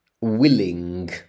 willing